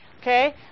Okay